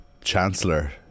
Chancellor